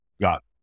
got